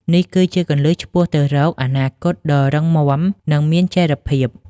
នេះគឺជាគន្លឹះឆ្ពោះទៅរកអនាគតដ៏រឹងមាំ និងមានចីរភាព។